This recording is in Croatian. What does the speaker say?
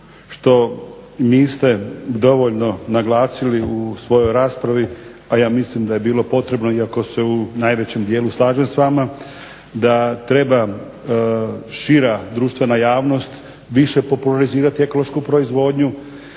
što niste dovoljno naglasili u svojoj raspravi a ja mislim da je bilo potrebno iako se u najvećem dijelu slažem s vama da treba šira društvena javnost više popularizirati ekološku proizvodnju,